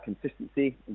consistency